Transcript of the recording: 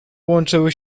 łączyły